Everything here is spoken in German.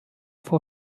vor